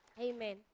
Amen